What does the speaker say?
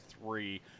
three